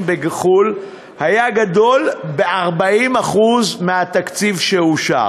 בחו"ל היה גדול ב-40% מהתקציב שאושר?